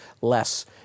less